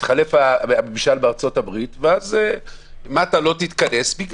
יתחלף הממשל בארצות הברית ואז נמתין שוב?